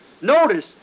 Notice